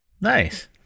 Nice